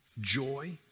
Joy